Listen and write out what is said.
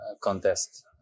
contest